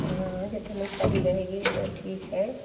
हाँ वही उतनी पड़ी रहेगी तो ठीक है